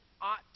ought